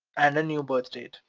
and a new birth date,